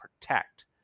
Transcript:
protect